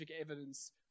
evidence